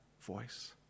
voice